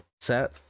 set